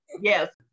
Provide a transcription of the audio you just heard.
Yes